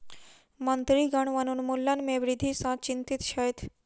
मंत्रीगण वनोन्मूलन में वृद्धि सॅ चिंतित छैथ